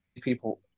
people